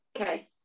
okay